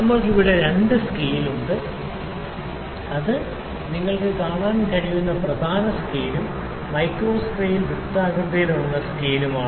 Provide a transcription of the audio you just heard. നമ്മൾക്ക് ഇവിടെ രണ്ട് സ്കെയിലുകളുണ്ട് ഇത് നിങ്ങൾക്ക് കാണാൻ കഴിയുന്ന പ്രധാന സ്കെയിലും മൈക്രോ സ്കെയിൽ വൃത്താകൃതിയിലുള്ള സ്കെയിലുമാണ്